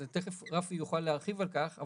אז תכף רפי יוכל להרחיב על כך.